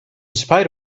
spite